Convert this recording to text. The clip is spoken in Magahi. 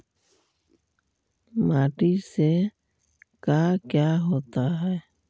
माटी से का क्या होता है?